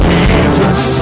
Jesus